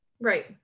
Right